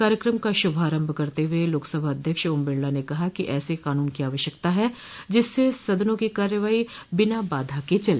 कार्यक्रम का शुभारम्भ करते हुए लोकसभा अध्यक्ष ओम बिरला ने कहा कि ऐसे कानून की आवश्यकता है जिससे सदनों की कार्यवाही बिना बाधा के चले